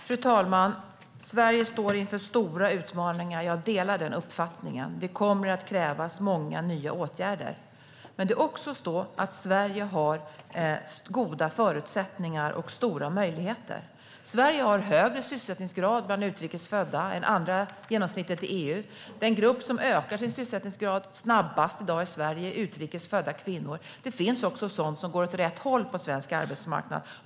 Fru talman! Sverige står inför stora utmaningar. Jag delar den uppfattningen. Det kommer att krävas många nya åtgärder. Sverige har också goda förutsättningar och stora möjligheter. Sverige har högre sysselsättningsgrad bland utrikes födda än genomsnittet i EU. Den grupp som ökar sin sysselsättningsgrad snabbast i Sverige i dag är utrikes födda kvinnor. Det finns alltså också sådant som går åt rätt håll på svensk arbetsmarknad.